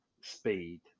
speed